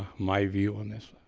my view on this